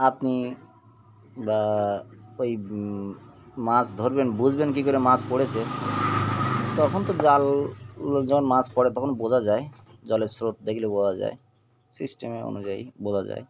আপনি বা ওই মাছ ধরবেন বুঝবেন কী করে মাছ পড়েছে তখন তো জালগো যখন মাছ পড়ে তখন বোঝা যায় জলের স্রোত দেখলে বোঝা যায় সিস্টেমে অনুযায়ী বোঝা যায়